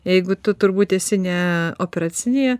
jeigu tu turbūt esi ne operacinėje